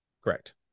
Correct